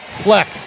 Fleck